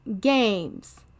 games